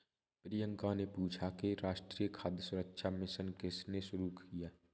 प्रियंका ने पूछा कि राष्ट्रीय खाद्य सुरक्षा मिशन किसने शुरू की?